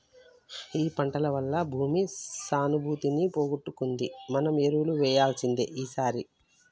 ఈ పంటల వల్ల భూమి సానుభూతిని పోగొట్టుకుంది మనం ఎరువు వేయాల్సిందే ఈసారి